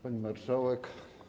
Pani Marszałek!